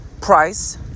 price